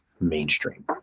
mainstream